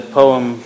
poem